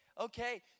Okay